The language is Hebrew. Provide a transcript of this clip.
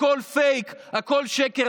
הכול פייק, הכול שקר.